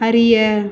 அறிய